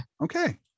Okay